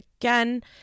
again